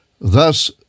thus